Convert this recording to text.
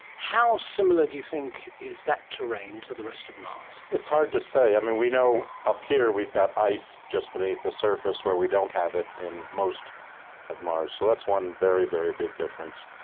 how similar do you think is that terrain to the rest of mars? it's hard to say. um and we know up here we've got ice just beneath the surface where we don't have it in most of mars, so that's one very, very big difference.